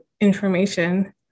information